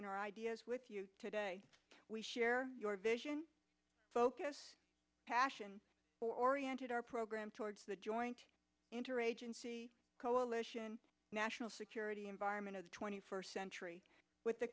and our ideas with you today we share your vision focused passion oriented our program the joint interagency coalition national security environment of the twenty first century with the